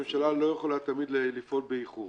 הממשלה לא יכולה תמיד לפעול באיחור.